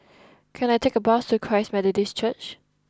can I take a bus to Christ Methodist Church